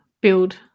build